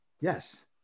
Yes